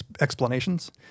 explanations